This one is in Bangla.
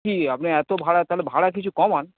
কি আপনি এত ভাড়া তাহলে ভাড়া কিছু কমান